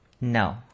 no